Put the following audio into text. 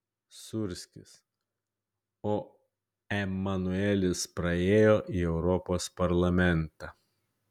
sūrskis o emanuelis praėjo į europos parlamentą